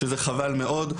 שזה חבל מאוד.